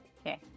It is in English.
Okay